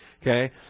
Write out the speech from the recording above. Okay